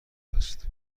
است